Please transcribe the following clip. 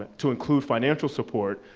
to include financial support,